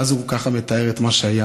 ואז הוא ככה מתאר את מה שהיה,